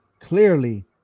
clearly